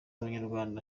abanyarwanda